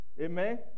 Amen